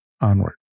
onward